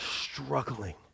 struggling